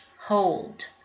Hold